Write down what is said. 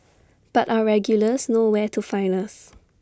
but our regulars know where to find us